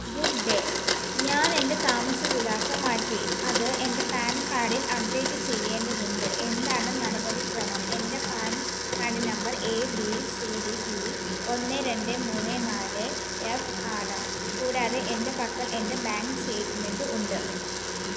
good day ഞാൻ എൻ്റെ താമസ വിലാസം മാറ്റി അത് എൻ്റെ പാൻ കാർഡിൽ അപ്ഡേറ്റ് ചെയ്യേണ്ടതുണ്ട് എന്താണ് നടപടിക്രമം എൻ്റെ PAN card number A B C D E ഒന്ന് രണ്ട് മൂന്ന് നാല് എഫ് ആണ് കൂടാതെ എൻ്റെ പക്കൽ എൻ്റെ ബാങ്ക് സ്റ്റേറ്റ്മെൻറ് ഉണ്ട്